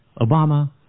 Obama